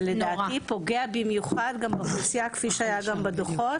זה לדעתי פוגע במיוחד גם באוכלוסייה כפי שהיה גם בדוחות,